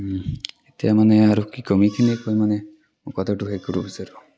এতিয়া মানে আৰু কি ক'ম এইখিনিয়ে কৈ মানে মই কথাটো শেষ কৰিব বিচাৰোঁ